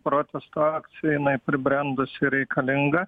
protesto akcija jinai pribrendusi ir reikalinga